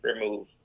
remove